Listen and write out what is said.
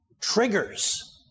triggers